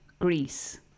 Greece